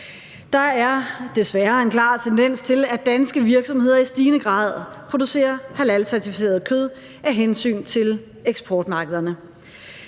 Der er desværre en klar tendens til, at danske virksomheder i stigende grad producerer halalcertificeret kød af hensyn til eksportmarkederne.